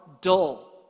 dull